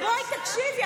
בואי, תקשיבי.